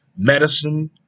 medicine